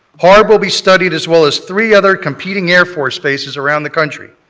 harp will be studied as well as three other competing airforce bases around the country.